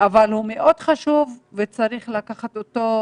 אבל הוא מאוד חשוב וצריך להתייחס אליו